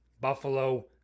Buffalo